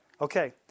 Okay